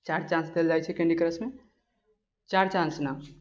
चारि चान्स देल जाइ छै कैन्डी क्रशमे चारि चान्स ने